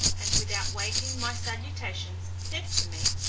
and without waiting my salutations, said to me,